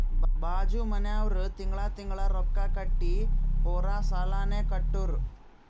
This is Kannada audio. ಬಾಜು ಮನ್ಯಾವ್ರು ತಿಂಗಳಾ ತಿಂಗಳಾ ರೊಕ್ಕಾ ಕಟ್ಟಿ ಪೂರಾ ಸಾಲಾನೇ ಕಟ್ಟುರ್